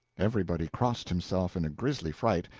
everybody crossed himself in a grisly fright,